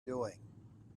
doing